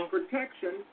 Protection